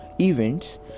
events